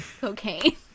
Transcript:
cocaine